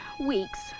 weeks